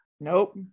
Nope